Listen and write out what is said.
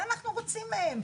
מה אנחנו רוצים מהם?